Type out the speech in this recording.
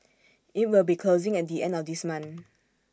IT will be closing at the end of this month